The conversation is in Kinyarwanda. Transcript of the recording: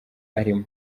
arimo